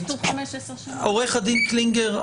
עורך הדין קלינגר,